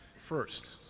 First